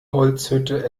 holzhütte